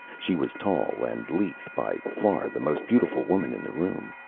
she was tall and lithe, by far the most beautiful woman in the room.